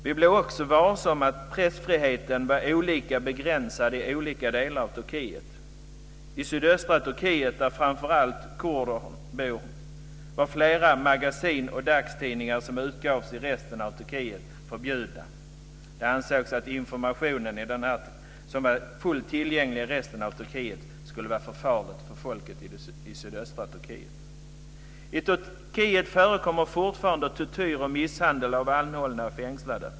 Vi blev också varse att pressfriheten var olika begränsad i olika delar av Turkiet. I sydöstra Turkiet där framför allt kurder bor var flera magasin och dagstidningar som utgavs i resten av Turkiet förbjudna. Det ansågs att information som är fullt tillgänglig i resten av Turkiet skulle vara för farlig för folket i sydöstra Turkiet. I Turkiet förekommer fortfarande tortyr och misshandel av anhållna och fängslade.